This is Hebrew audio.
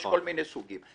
יש כל מיני סוגים.